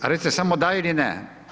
Recite samo da ili ne.